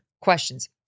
questions